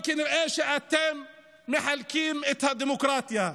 אבל כנראה שאתם מחלקים את הדמוקרטיה.